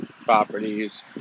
properties